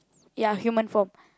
ya human form